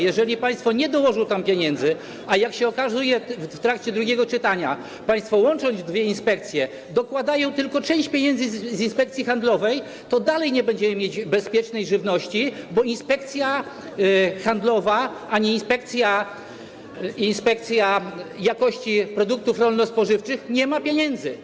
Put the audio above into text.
Jeżeli państwo nie dołożą tam pieniędzy, a jak się okazało w trakcie drugiego czytania, państwo, łącząc dwie inspekcje, dokładają tylko część pieniędzy z Inspekcji Handlowej, to dalej nie będziemy mieć bezpiecznej żywności, bo Inspekcja Handlowa i Inspekcja Jakości Produktów Rolno-Spożywczych nie mają pieniędzy.